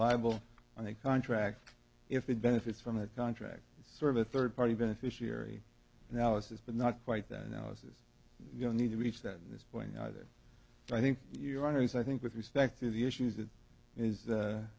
liable on a contract if it benefits from the contract sort of a third party beneficiary analysis but not quite that analysis you don't need to reach that this point either i think you want to use i think with respect to the issues